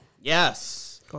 Yes